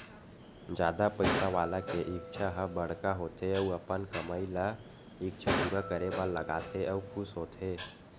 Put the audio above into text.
जादा पइसा वाला के इच्छा ह बड़का होथे अउ अपन कमई ल इच्छा पूरा करे बर लगाथे अउ खुस होथे